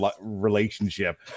relationship